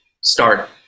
start